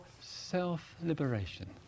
self-liberation